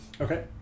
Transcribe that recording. Okay